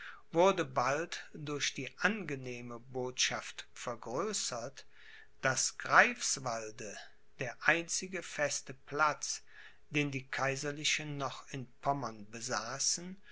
wurde bald durch die angenehme botschaft vergrößert daß greifswalde der einzige feste platz den die kaiserlichen noch in pommern besaßen